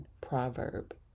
proverb